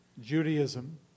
Judaism